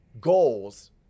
goals